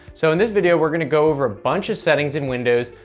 so in this video we're going to go over a bunch of settings in windows,